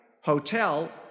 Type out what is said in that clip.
hotel